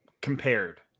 compared